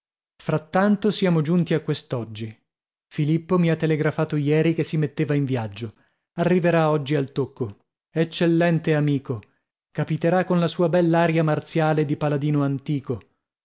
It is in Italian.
frattanto siamo giunti a quest'oggi filippo mi ha telegrafato ieri che si metteva in viaggio arriverà oggi al tocco eccellente amico capiterà con la sua bell'aria marziale di paladino antico